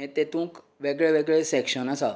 ये तेतूंक वेगळे वेगळे सेक्शन आसा